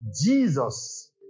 Jesus